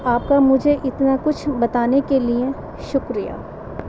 آپ کا مجھے اتنا کچھ بتانے کے لیے شکریہ